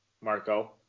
Marco